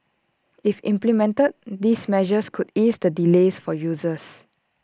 if implemented these measures could ease the delays for users